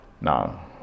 Now